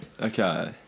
Okay